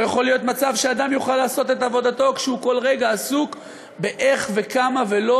לא יכול מצב שאדם יוכל לעשות את עבודתו כשהוא כל רגע עסוק איך וכמה ולא.